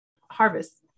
harvest